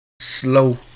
slow